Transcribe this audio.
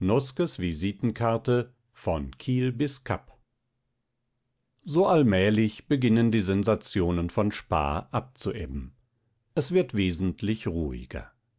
visitenkarte von kiel bis kapp so allmählich beginnen die sensationen von spaa abzuebben es wird wesentlich ruhiger